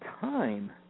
time